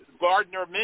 Gardner